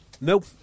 Nope